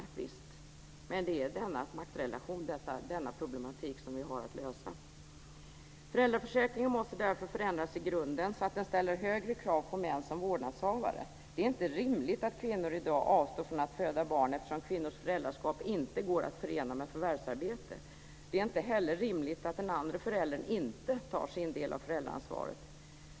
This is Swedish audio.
Visst, men det är denna problematik, om denna maktrelation, som vi har att lösa. Föräldraförsäkringen måste därför förändras i grunden så att man ställer högre krav på män som vårdnadshavare. Det är inte rimligt att kvinnor i dag avstår från att föda barn eftersom kvinnors föräldraskap inte går att förena med förvärvsarbete. Det är inte heller rimligt att den andre föräldern inte tar sin del av föräldraansvaret.